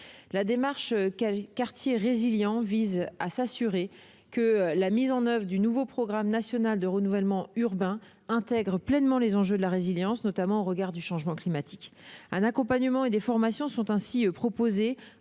La démarche « quartiers résilients » vise à s'assurer que la mise en oeuvre du nouveau programme national de renouvellement urbain, intègre pleinement les enjeux de la résilience, notamment au regard du changement climatique. Un accompagnement et des formations sont ainsi proposés